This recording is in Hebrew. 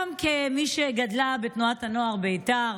גם כמי שגדלה בתנועת הנוער בית"ר,